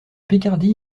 picardie